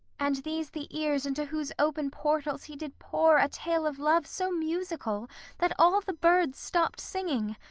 and these the ears into whose open portals he did pour a tale of love so musical that all the birds stopped singing!